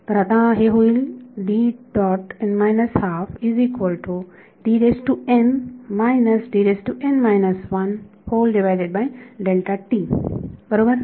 तर आता हे होईल बरोबर